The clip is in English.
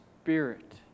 spirit